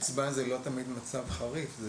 הקצבה זה לא תמיד מצב חריף,